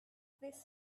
this